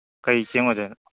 ꯀꯩ ꯆꯦꯡ ꯑꯣꯏꯗꯣꯏꯅꯣ